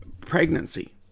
pregnancy